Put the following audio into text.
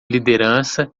liderança